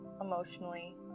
emotionally